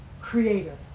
creator